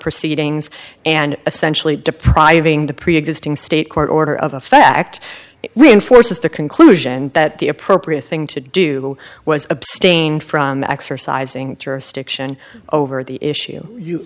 proceedings and essentially depriving the preexisting state court order of effect reinforces the conclusion that the appropriate thing to do was abstain from exercising jurisdiction over the issue you